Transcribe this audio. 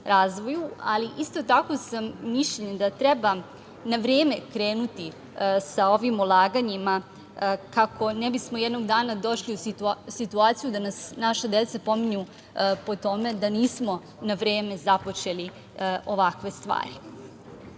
ali isto tako sam mišljenja da treba na vreme krenuti sa ovim ulaganjima kako ne bismo jednog dana došli u situaciju da nas naša deca pominju po tome da nismo na vreme započeli ovakve stvari. Sa